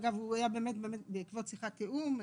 הוא היה באמת באמת בעקבות שיחת תיאום,